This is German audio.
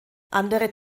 andere